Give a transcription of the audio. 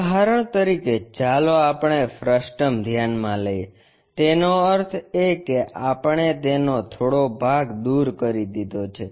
ઉદાહરણ તરીકે ચાલો આપણે ફ્રસ્ટમ ધ્યાનમાં લઈએ તેનો અર્થ એ કે આપણે તેનો થોડો ભાગ દૂર કરી દીધો છે